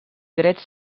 drets